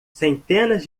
centenas